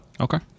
Okay